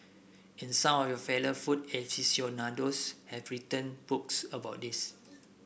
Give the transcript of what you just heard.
and some of your fellow food aficionados have written books about this